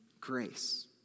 Grace